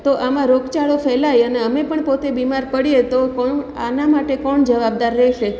તો આમાં રોગચાળો ફેલાય અને અમે પણ પોતે બીમાર પડીએ તો આના માટે કોણ જવાબદાર રહેશે